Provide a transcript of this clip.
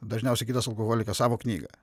dažniausiai kitas alkoholikas savo knygą